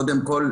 קודם כל,